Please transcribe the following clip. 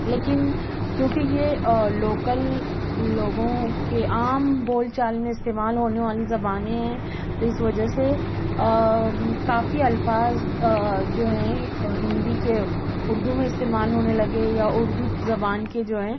لیکن کیونکہ یہ لوکل لوگوں کے عام بول چال میں استعمال ہونے والی زبانیں ہیں تو اس وجہ سے کافی الفاط جو ہیں ہندی کے اردو میں استعمال ہونے لگے یا اردو زبان کے جو ہیں